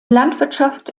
landwirtschaft